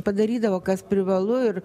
padarydavo kas privalu ir